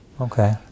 Okay